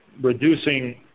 reducing